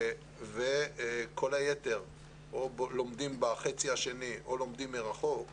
וכל היתר או לומדים בחצי השני או לומדים מרחוק,